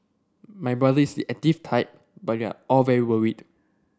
my brother is the active type but we are all very worried